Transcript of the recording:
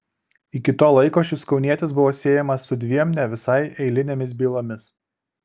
iki to laiko šis kaunietis buvo siejamas su dviem ne visai eilinėmis bylomis